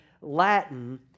Latin